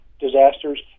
disasters